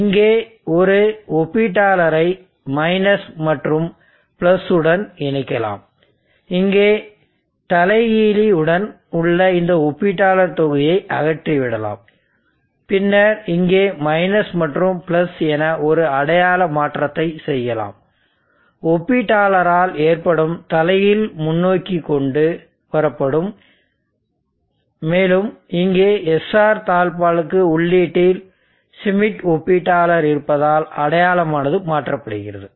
இங்கே ஒரு ஒப்பீட்டாளரை மற்றும் உடன் வைக்கலாம் இங்கே தலைகீழி உடன் உள்ள இந்த ஒப்பீட்டாளர் தொகுதியை அகற்றிவிடலாம் பின்னர் இங்கே மற்றும் என ஒரு அடையாள மாற்றத்தை செய்யலாம் ஒப்பீட்டாளரால் ஏற்படும் தலைகீழ் முன்னோக்கி கொண்டு வரப்படும் மேலும் இங்கே SR தாழ்ப்பாளுக்கு உள்ளீட்டில் ஷ்மிட் ஒப்பீட்டாளர் இருப்பதால் அடையாளமானது மாற்றப்படுகிறது